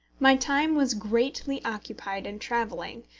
my time was greatly occupied in travelling,